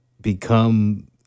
become –